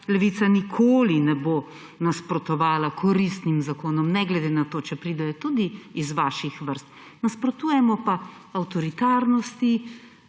Levica nikoli ne bo nasprotovala koristnim zakonom, ne glede na to, če pridejo tudi iz vaših vrst. Nasprotujemo pa avtoritarnosti,